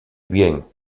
bien